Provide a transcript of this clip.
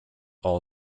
all